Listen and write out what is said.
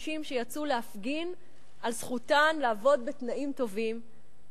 נשים שיצאו להפגין על זכותן לעבוד בתנאים טובים,